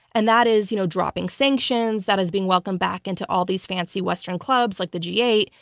and that is you know dropping sanctions, that is being welcomed back into all these fancy western clubs like the g eight,